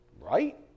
Right